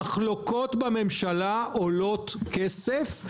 מחלוקות בממשלה עולות כסף.